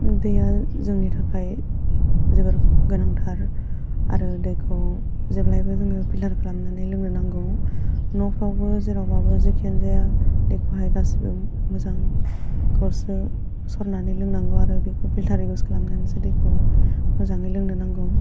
दैया जोंनि थाखाय जोबोर गोनांथार आरो दैखौ जेब्लायबो जोङो फिलटार खालामनानै लोंनो नांगौ न'फ्रावबो जेरावबाबो जेखियानो जाया दैखौहाय गासिबो मोजां खौसो सरनानै लोंनांगौ आरो बेबो फिलटार इउस खालामनानैसो दैखौ मोजाङै लोंनो नांगौ